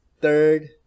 third